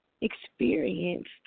experienced